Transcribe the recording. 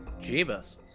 Jeebus